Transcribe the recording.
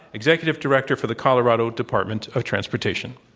executive director for the colorado department of transportation.